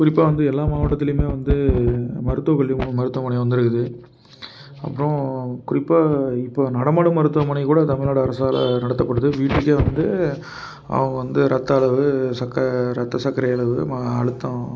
குறிப்பாக வந்து எல்லா மாவட்டத்துலேயுமே வந்து மருத்துவ கல்வி முகாம் மருத்துவமனை வந்து இருக்குது அப்புறம் குறிப்பாக இப்போ நடமாடும் மருத்துவமனை கூட தமிழ்நாடு அரசால் நடத்தப்படுது வீட்டுக்கே வந்து அவங்க வந்து ரத்த அளவு சக்கரை ரத்த சக்கரை அளவு அழுத்தோம்